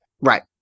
Right